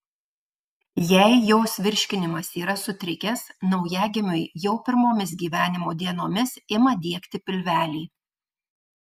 jei jos virškinimas yra sutrikęs naujagimiui jau pirmomis gyvenimo dienomis ima diegti pilvelį